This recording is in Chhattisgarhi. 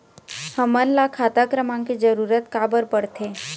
हमन ला खाता क्रमांक के जरूरत का बर पड़थे?